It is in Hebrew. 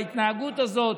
בהתנהגות הזאת,